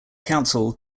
council